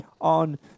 on